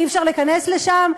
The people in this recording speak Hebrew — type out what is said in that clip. אי-אפשר להיכנס לשם?